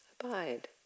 Abide